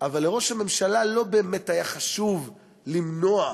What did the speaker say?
אבל לראש הממשלה לא באמת היה חשוב למנוע,